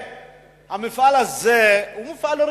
המפעל הזה היה מפעל רווחי,